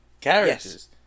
characters